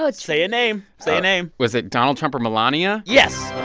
but say a name. say a name was it donald trump or melania? yes,